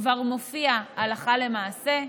למעשה כבר מופיע הלכה למעשה,